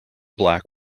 black